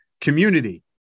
community